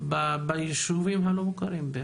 הנמצאים ביישובים הלא מוכרים.